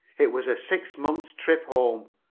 it was a six months' trip home,